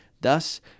thus